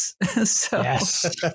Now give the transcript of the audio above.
Yes